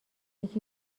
یکی